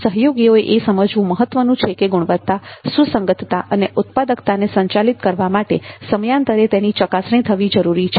સહયોગીઓએ એ સમજવું મહત્વનું છે કે ગુણવત્તા સુસંગતતા અને ઉત્પાદકતાને સંચાલિત કરવા માટે તેની સમયાંતરે ચકાસણી થવી જરૂરી છે